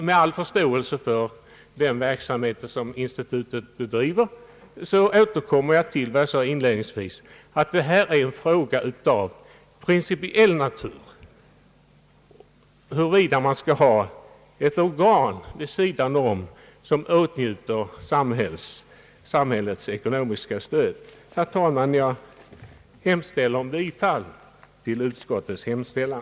Med all förståelse för den verksamhet som institutet bedriver återkommer jag till vad jag sade inledningsvis, nämligen att det är en fråga av principiell natur huruvida man vid sidan av statlig verksamhet skall ha ett organ som åtnjuter samhällets ekonomiska stöd. Herr talman! Jag yrkar bifall till utskottets hemställan.